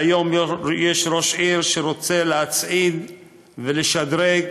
והיום יש ראש עיר שרוצה להצעיד ולשדרג